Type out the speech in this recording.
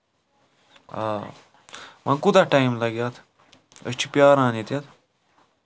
آ وۄنۍ کوٗتاہ ٹایم لَگہِ اَتھ أسۍ چھِ پِیاران ییٚتیتھ